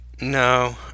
No